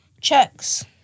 Checks